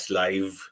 live